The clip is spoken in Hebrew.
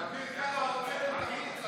לאביר קארה הוצאתם את המיץ,